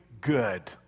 good